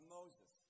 Moses